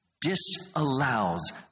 disallows